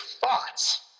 thoughts